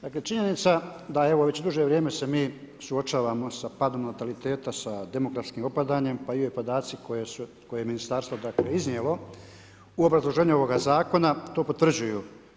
Dakle činjenica da već duže vrijeme se mi suočavamo sa padom nataliteta, sa demografskim opadanjem pa i ovi podaci koje je ministarstvo iznijelo u obrazloženju ovoga zakona to potvrđuju.